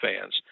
fans